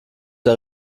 der